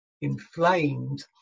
inflamed